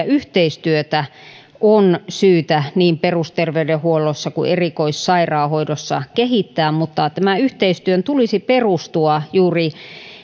yhteistyötä on syytä niin perusterveydenhuollossa kuin erikoissairaanhoidossa kehittää mutta tämän yhteistyön tulisi perustua juuri